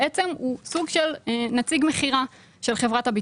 אבל בעצם הוא סוג של נציג מכירה של חברת הביטוח.